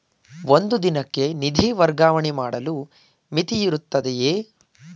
ಒಂದು ದಿನಕ್ಕೆ ನಿಧಿ ವರ್ಗಾವಣೆ ಮಾಡಲು ಮಿತಿಯಿರುತ್ತದೆಯೇ?